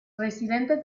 residentes